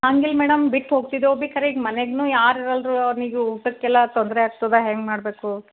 ಹಂಗಿಲ್ಲ ಮೇಡಮ್ ಬಿಟ್ಟು ಹೋಗ್ತಿದ್ದೆವು ಬೀ ಕರೆ ಈಗ ಮನೆಗೂ ಯಾರೂ ಇರಲ್ಲ ಅವ್ನಿಗೆ ಊಟಕ್ಕೆಲ್ಲ ತೊಂದರೆ ಆಗ್ತದೆ ಹೆಂಗೆ ಮಾಡಬೇಕು